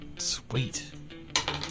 Sweet